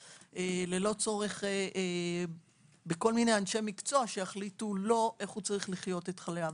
ללא צורך בכל מיני אנשי מקצוע שיחליטו לו איך צריך לחיות את חייו.